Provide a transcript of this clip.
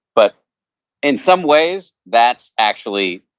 but in some ways that's actually,